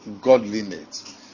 Godliness